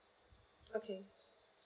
okay